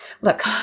Look